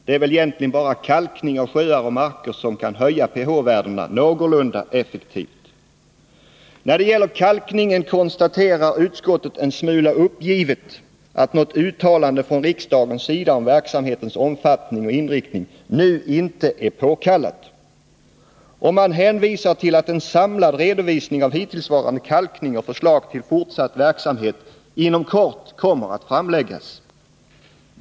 Det är väl egentligen bara kalkning av sjöar och marker som kan höja pH-värdena någorlunda effektivt. När det gäller kalkningen konstaterar utskottet en smula uppgivet att något uttalande från riksdagens sida om verksamhetens omfattning och inriktning nu inte är påkallat. Och man hänvisar till att en samlad redovisning av hittillsvarande kalkning och förslag till fortsatt verksamhet inom kort kommer att framläggas.